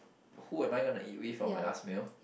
who am I gonna eat with for my last meal